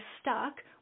stuck